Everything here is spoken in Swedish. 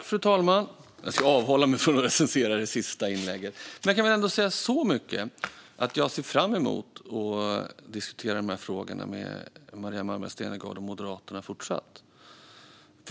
Fru talman! Jag ska avhålla mig från att recensera det sista inlägget. Men jag kan säga så mycket att jag ser fram emot att fortsätta diskutera frågorna med Maria Malmer Stenergard och Moderaterna.